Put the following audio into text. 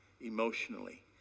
emotionally